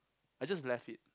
I just left it